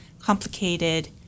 complicated